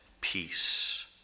peace